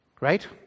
Right